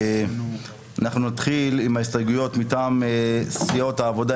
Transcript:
אנחנו נתחיל עם ההסתייגויות מטעם סיעות העבודה,